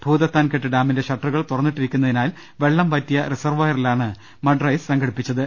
ഭൂതത്താൻകെട്ട് ഡാമിന്റെ ഷട്ട റുകൾ തുറന്നിട്ടിരിക്കുന്നതിനാൽ വെള്ളം വറ്റിയ റിസർവോയറിലാണ് മഡ്റെയ്സ് സംഘടിപ്പിച്ചത്